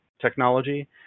technology